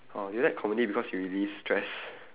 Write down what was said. oh you like comedy because you relieve stress